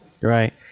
Right